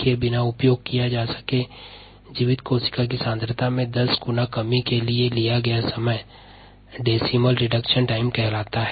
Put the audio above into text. living cell concentration या जीवित कोशिका सांद्रता में 10 गुना कमी के लिए लिया गया समय दशमलव में कमी का समय कहलाता है